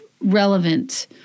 relevant